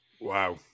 Wow